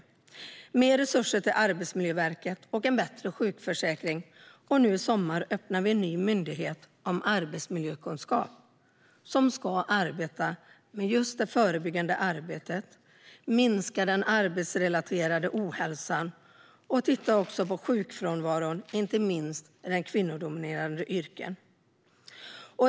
Vi satsar på mer resurser till Arbetsmiljöverket och en bättre sjukförsäkring, och nu i sommar öppnar vi en ny myndighet för arbetsmiljökunskap som ska arbeta med det förebyggande arbetet, minska den arbetsrelaterade ohälsan och sjukfrånvaron inte minst i kvinnodominerade yrken.